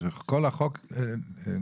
כל החוק נסגר?